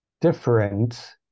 different